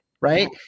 right